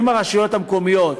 אם הרשויות המקומיות